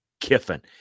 Kiffin